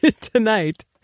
tonight